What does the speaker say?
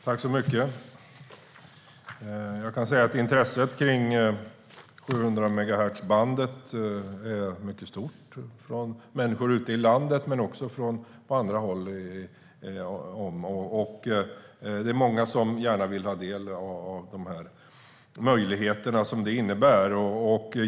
Fru talman! Intresset för 700-megahertzbandet är mycket stort från människor ute i landet, och det är många som gärna vill ta del av de möjligheter som det innebär.